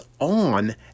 on